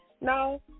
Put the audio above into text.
No